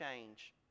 change